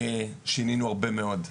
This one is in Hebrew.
ומאז שינינו הרבה מאוד נהלים.